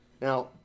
Now